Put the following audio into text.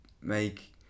make